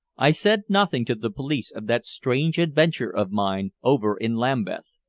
i said nothing to the police of that strange adventure of mine over in lambeth,